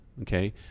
okay